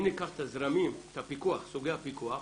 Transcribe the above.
אם ניקח את הזרמים, סוגי הפיקוח,